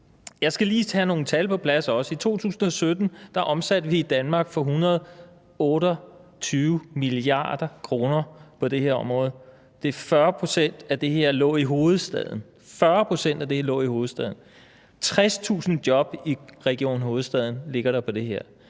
Jeg skal lige sætte nogle tal på plads også. I 2017 omsatte vi i Danmark for 128 mia. kr. på det her område. 40 pct. af det lå i hovedstaden. 60.000 job i Region Hovedstaden er der i det her.